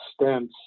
stents